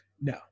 no